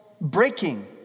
breaking